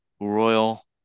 Royal